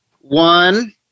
one